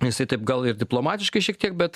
jisai taip gal ir diplomatiškai šiek tiek bet